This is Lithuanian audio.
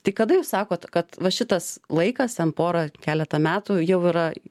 tai kada jūs sakot kad va šitas laikas ten porą keletą metų jau yra